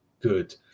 good